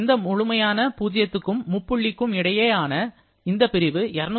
இந்த முழுமையான பூஜ்ஜியத்திற்கும் முப்புள்ளிக்கும் இடையிலான இந்த பிரிவு 273